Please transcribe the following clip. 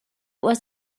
was